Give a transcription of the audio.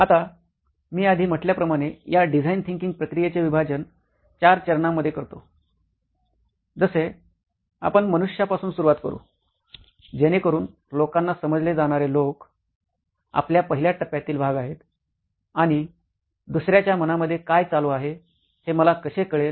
आता मी आधी म्हटल्याप्रमाणे या डिझाइन थिंकिंग प्रक्रियेचे विभाजन चार चरणांमध्ये करतो जसे आपण मनुष्यापासून सुरुवात करू जेणेकरुन लोकांना समजले जाणारे लोक आपल्या पहिल्या टप्प्यातील भाग आहेत आणि दुसऱ्याच्या मनामध्ये काय चालू आहे हे मला कसे कळेल